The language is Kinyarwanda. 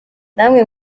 namwe